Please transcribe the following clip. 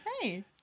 Hey